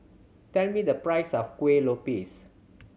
tell me the price of Kueh Lopes